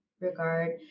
regard